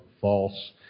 false